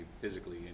physically